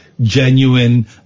genuine